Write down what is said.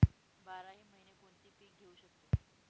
बाराही महिने कोणते पीक घेवू शकतो?